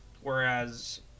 Whereas